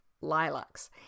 lilacs